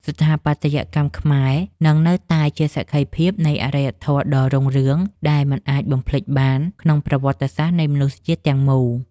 ស្ថាបត្យកម្មខ្មែរនឹងនៅតែជាសក្ខីភាពនៃអរិយធម៌ដ៏រុងរឿងដែលមិនអាចបំភ្លេចបានក្នុងប្រវត្តិសាស្ត្រនៃមនុស្សជាតិទាំងមូល។